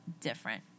different